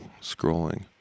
scrolling